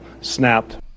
snapped